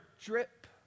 drip